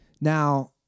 Now